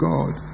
God